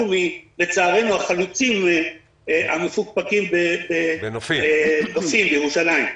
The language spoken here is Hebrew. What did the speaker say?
אנחנו לצערנו החלוצים המפוקפקים ב"נופים" בירושלים.